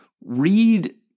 read